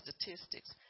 statistics